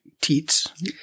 teats